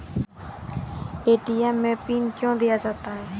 ATM मे PIN कयो दिया जाता हैं?